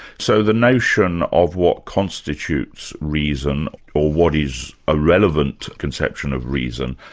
so the notion of what constitutes reason or what is a relevant conception of reason,